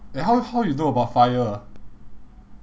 eh how how you know about FIRE ah